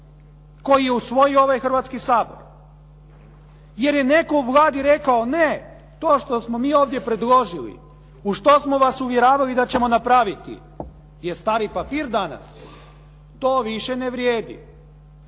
koji je usvojio ovaj Hrvatski sabor, jer je netko Vladi rekao ne, to što smo mi ovdje predložili, u što smo vas uvjeravali da ćemo napravit je stari papir danas. To više ne vrijedi.